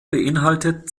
beinhaltet